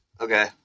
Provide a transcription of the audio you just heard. Okay